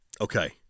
Okay